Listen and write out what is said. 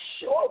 Sure